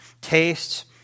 tastes